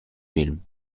film